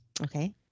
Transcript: Okay